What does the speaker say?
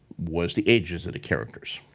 was the ages of the characters.